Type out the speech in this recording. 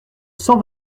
cent